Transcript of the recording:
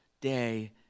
day